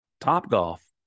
Topgolf